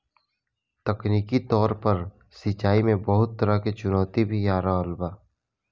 तकनीकी तौर पर सिंचाई में बहुत तरह के चुनौती भी आ रहल बा